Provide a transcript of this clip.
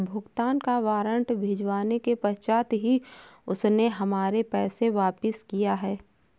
भुगतान का वारंट भिजवाने के पश्चात ही उसने हमारे पैसे वापिस किया हैं